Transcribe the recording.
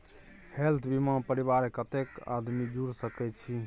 Health बीमा मे परिवार के कत्ते आदमी जुर सके छै?